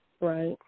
Right